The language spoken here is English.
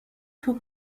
two